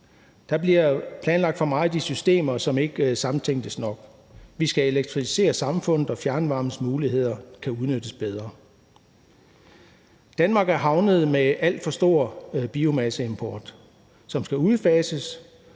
Der bliver planlagt for meget i systemer, som ikke samtænkes nok. Vi skal elektrificere samfundet, og fjernvarmens muligheder kan udnyttes bedre. Danmark er havnet med en alt for stor biomasseimport, som skal udfases.